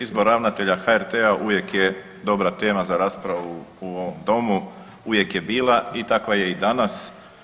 Izbor ravnatelja HRT-a uvijek je dobra tema za raspravu u ovom Domu, uvijek je bila i takva je i danas.